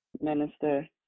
minister